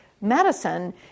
medicine